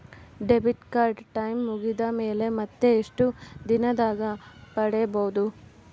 Debit card time ಮುಗಿದ ಮೇಲೆ ಮತ್ತೆ ಎಷ್ಟು ದಿನದಾಗ ಪಡೇಬೋದು?